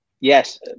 Yes